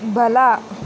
ಬಲ